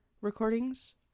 recordings